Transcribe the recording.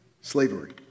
slavery